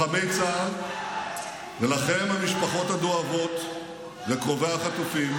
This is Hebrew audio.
המשפחות הדואבות וקרובי החטופים,